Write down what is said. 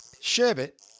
sherbet